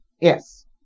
Yes